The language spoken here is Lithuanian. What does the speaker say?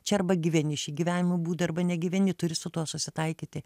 čia arba gyveni šį gyvenimo būdą arba negyveni turi su tuo susitaikyti